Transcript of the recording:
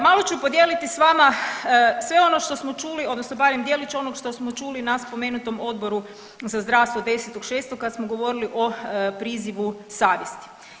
Malo ću podijeliti s vama sve ono što smo čuli odnosno barem djelić onog što čuli na spomenutom Odboru za zdravstvo 10.6. kad smo govorili o prizivu savjesti.